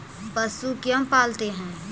पशु क्यों पालते हैं?